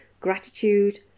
gratitude